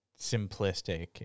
simplistic